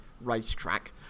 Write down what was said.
racetrack